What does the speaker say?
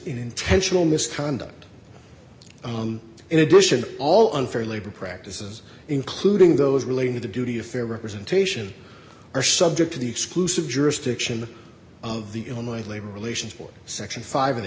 intentional misconduct in addition all unfair labor practices including those relating to the duty of fair representation are subject to the exclusive jurisdiction of the illinois labor relations board section five